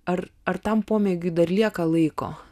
ar ar tam pomėgiui dar lieka laiko